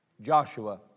Joshua